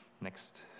next